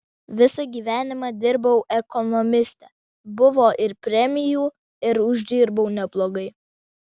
visą gyvenimą dirbau ekonomiste buvo ir premijų ir uždirbau neblogai